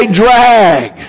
drag